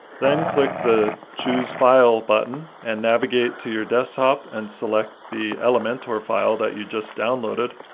then click the choose file button and navigate to your desktop and select the elementor file that you just downloaded.